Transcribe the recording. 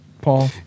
Paul